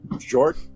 Short